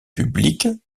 publique